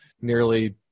nearly